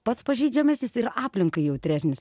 pats pažeidžiamesnis ir aplinkai jautresnis